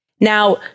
Now